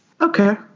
Okay